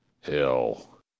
hell